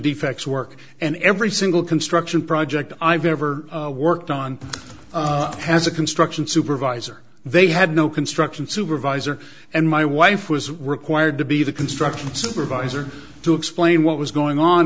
defects work and every single construction project i've ever worked on has a construction supervisor they had no construction supervisor and my wife was required to be the construction supervisor to explain what was going on